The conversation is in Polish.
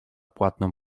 płatną